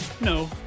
No